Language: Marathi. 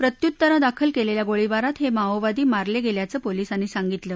प्रत्युत्तरादाखल केलेल्या गोळीबारात हे माओवादी मारले गेल्याचं पोलिसांनी सांगितलं